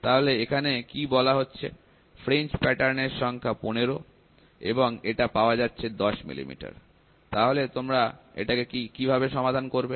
তাহলে এখানে কি বলা হচ্ছে ফ্রিঞ্জ প্যাটার্ন এর সংখ্যা 15 এবং এটা পাওয়া যাচ্ছে 10 mm তাহলে তোমরা এটাকে কিভাবে সমাধান করবে